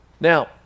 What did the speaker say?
Now